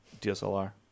DSLR